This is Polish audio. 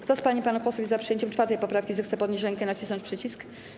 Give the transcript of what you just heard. Kto z pań i panów posłów jest za przyjęciem 4. poprawki, zechce podnieść rękę i nacisnąć przycisk.